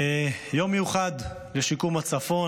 יום מיוחד לשיקום הצפון.